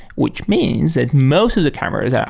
which means that most of the cameras, yeah